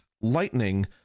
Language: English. lightning